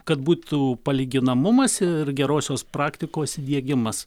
kad būtų palyginamumas ir gerosios praktikos įdiegimas